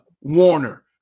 Warner